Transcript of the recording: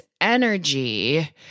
energy